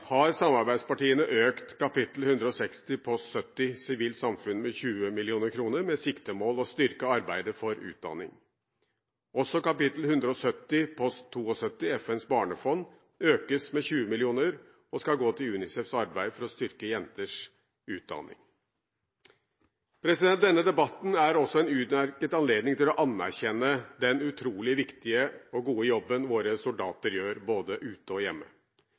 har samarbeidspartiene økt Kap. 160, post 70, Sivilt samfunn, med 20 mill. kr, med det siktemål å styrke arbeidet for utdanning. Også Kap. 170, post 72, FNs barnefond, økes med 20 mill. kr, og skal gå til UNICEFs arbeid for å styrke jenters utdanning. Denne debatten er også en utmerket anledning til å anerkjenne den utrolig viktige og gode jobben våre soldater gjør, både ute og hjemme.